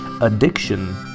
addiction